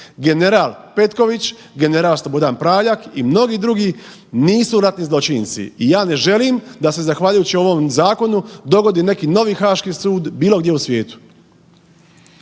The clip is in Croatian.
General Petković, general Slobodan Praljak i mnogi drugi nisu ratni zločinci i ja ne želim da se zahvaljujući ovom zakonu dogodi neki novi Haški sud bilo gdje u svijetu.